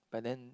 but then